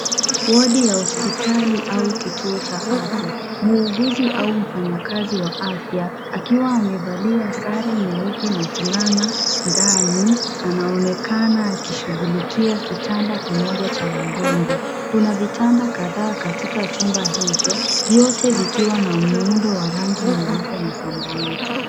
Wodi ya hospitali aukituo cha afya. Mwuguzi au mfanyakazi wa afya akiwa amevalia sare nyeupe na fulana ndani anaonekana akishughulikia kitanda kimoja cha wagonjwa. Kuna vitanda kadha katika chumba hicho vyote vikiwa na muundo wa rangi nyeupe na samawati.